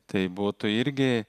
tai būtų irgi